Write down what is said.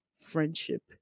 friendship